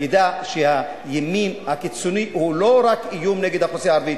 ידע שהימין הקיצוני הוא לא רק איום על האוכלוסייה הערבית,